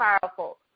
powerful